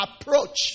approach